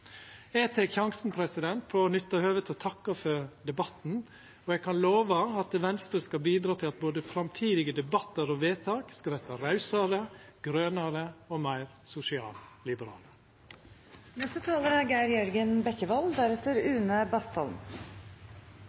Eg tek sjansen på å nytta høvet til å takka for debatten, og eg kan lova at Venstre skal bidra til at både framtidige debattar og vedtak skal verta rausare, grønare og meir sosialliberale. Når hele partiledelsen er